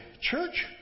church